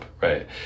right